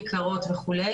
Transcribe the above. כיכרות וכו',